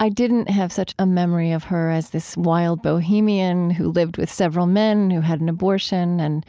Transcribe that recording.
i didn't have such a memory of her as this wild bohemian who lived with several men, who had an abortion and